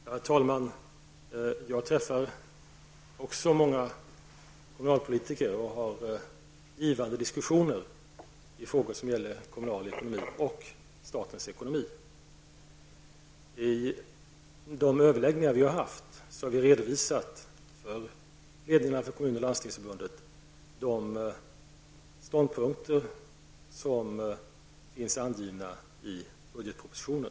Herr talman! Även jag träffar många kommunalpolitiker och har givande diskussioner med dem i frågor som gäller kommunal ekonomi och statens ekonomi. I de överläggningar vi har haft har vi för ledningarna för Kommun och Landstingsförbunden redovisat de ståndpunkter som finns angivna i budgetpropositionen.